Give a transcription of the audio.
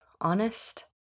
honest